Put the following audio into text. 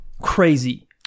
Crazy